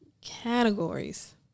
categories